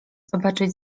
zobaczyć